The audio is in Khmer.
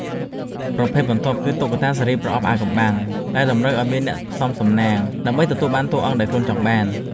ប្រភេទបន្ទាប់គឺ តុក្កតាស៊េរីប្រអប់អាថ៌កំបាំង ដែលតម្រូវឱ្យអ្នកសន្សំផ្សងសំណាងដើម្បីទទួលបានតួអង្គដែលខ្លួនចង់បាន។